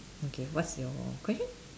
okay what's your question